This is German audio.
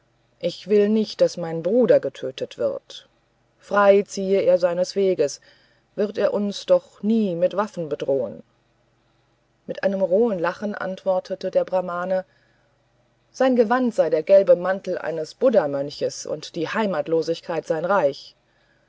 ich will nicht daß mein bruder getötet wird frei ziehe er seines weges wird er uns doch nie mit waffen bedrohen mit einem rohen lachen antwortete der brahmane sein gewand sei der gelbe mantel eines buddhamönches und die heimatlosigkeit sein reich